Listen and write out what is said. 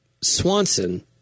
Swanson